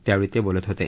त्यावेळी ते बोलत होते